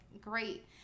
great